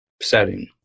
setting